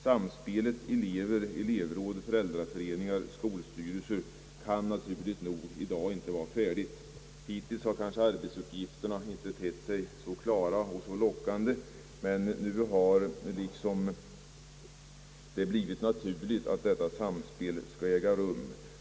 Samspelet mellan elever, elevråd, föräldraföreningar och skolstyrelser kan naturligt nog inte vara färdigt i dag. Hittills har kanske arbetsuppgifterna inte tett sig så klara och så lockande, men nu har det liksom blivit naturligt att detta samspel skall äga rum.